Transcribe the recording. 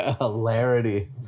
Hilarity